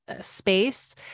space